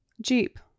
Jeep